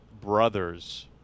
brothers